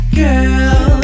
girl